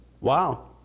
Wow